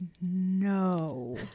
no